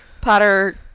Potter